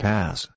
Pass